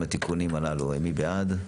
מי בעד?